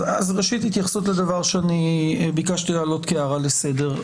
ראשית התייחסות לדבר שביקשתי להעלות כהערה לסדר.